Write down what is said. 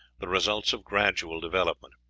the results of gradual development.